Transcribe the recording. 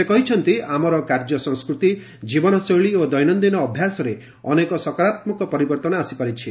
ସେ କହିଛନ୍ତି ଆମର କାର୍ଯ୍ୟ ସଂସ୍କୃତି ଜୀବନଶୈଳୀ ଓ ଦୈନନ୍ଦିନ ଅଭ୍ୟାସରେ ଅନେକ ସକାରାତ୍ମକ ପରିବର୍ତ୍ତନ ଆସିପାରିଛି